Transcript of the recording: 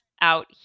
out